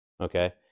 Okay